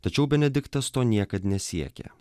tačiau benediktas to niekad nesiekė